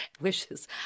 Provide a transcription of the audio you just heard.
wishes